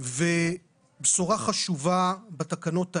ובשורה חשובה בתקנות האלה,